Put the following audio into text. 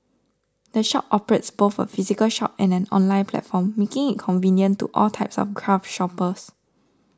the shop operates both a physical shop and an online platform making it convenient to all types of craft shoppers